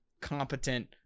competent